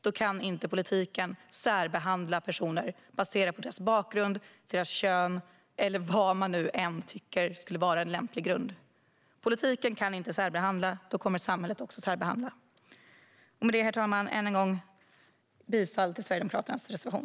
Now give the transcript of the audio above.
Då kan inte politiken särbehandla personer baserat på deras bakgrund, deras kön eller vad man nu än tycker skulle vara en lämplig grund. Politiken kan inte särbehandla, då kommer samhället också att särbehandla. Herr talman! Än en gång: Jag yrkar bifall till Sverigedemokraternas reservation.